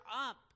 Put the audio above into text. up